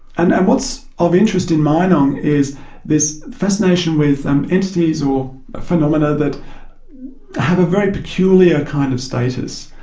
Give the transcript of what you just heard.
and and what's of interest in meinong is this fascination with um entities or phenomena that have a very peculiar kind of status,